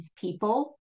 people